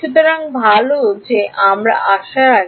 সুতরাং ভাল যে আমরা আসার আগে